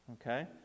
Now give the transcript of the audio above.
okay